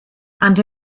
and